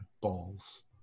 balls